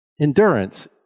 Endurance